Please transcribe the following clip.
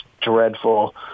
dreadful